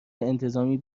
انتظامی